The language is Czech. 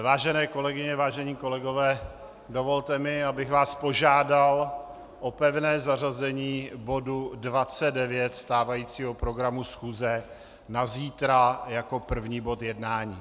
Vážené kolegyně, vážení kolegové, dovolte mi, abych vás požádal o pevné zařazení bodu 29 stávajícího programu schůze na zítra jako první bod jednání.